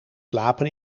slapen